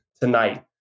tonight